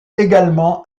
également